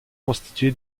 constitué